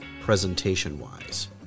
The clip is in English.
presentation-wise